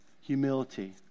humility